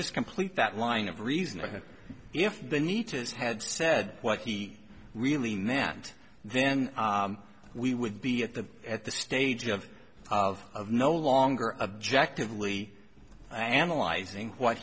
just complete that line of reasoning if the need to is had said what he really meant then we would be at the at the stage of of of no longer objective lee analyzing what